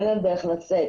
אין להם דרך לצאת.